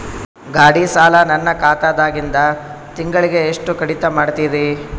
ಗಾಢಿ ಸಾಲ ನನ್ನ ಖಾತಾದಾಗಿಂದ ತಿಂಗಳಿಗೆ ಎಷ್ಟು ಕಡಿತ ಮಾಡ್ತಿರಿ?